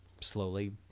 slowly